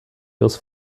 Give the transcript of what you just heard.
ihres